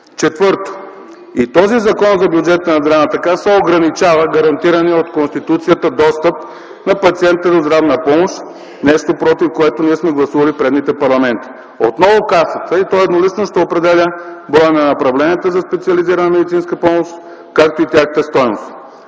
Четвърто, и този Закон за бюджета на Здравната каса ограничава гарантирания от Конституцията достъп на пациенти до здравна помощ – нещо, против което ние сме гласували в предишните парламенти. Отново Касата, и то еднолично, ще определя броя на направленията за специализирана медицинска помощ, както и тяхната стойност.